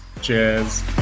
Cheers